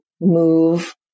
move